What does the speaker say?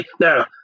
Now